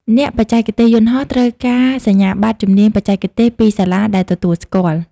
អ្នកបច្ចេកទេសយន្តហោះត្រូវការសញ្ញាបត្រជំនាញបច្ចេកទេសពីសាលាដែលទទួលស្គាល់។